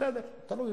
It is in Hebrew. בסדר, תלוי